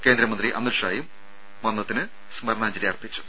കേന്ദ്രമന്ത്രി അമിത്ഷായും മന്നത്തിന് സ്മരണാഞ്ജലി അർപ്പിച്ചു